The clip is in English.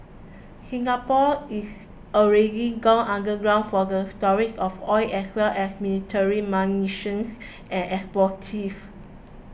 Singapore is already gone underground for the storage of oil as well as military munitions and explosives